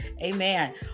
Amen